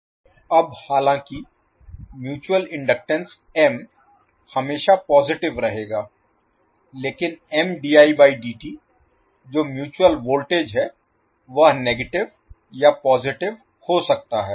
CONTINUE अब हालांकि mutual inductance M हमेशा पॉजिटिव रहेगा लेकिन जो म्यूचुअल वोल्टेज है वह नेगेटिव या पॉजिटिव हो सकता है